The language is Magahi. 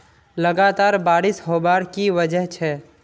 लगातार बारिश होबार की वजह छे?